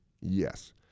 Yes